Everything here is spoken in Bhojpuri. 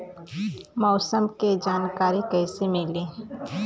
मौसम के जानकारी कैसे मिली?